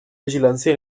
vigilància